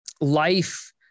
life